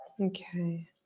Okay